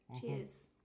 Cheers